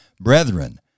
Brethren